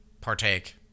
partake